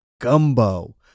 gumbo